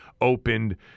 opened